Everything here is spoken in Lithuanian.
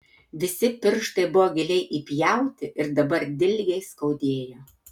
visi pirštai buvo giliai įpjauti ir dabar dilgiai skaudėjo